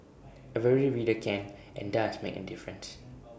every reader can and does make A difference